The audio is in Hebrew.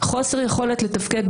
יכול להיות,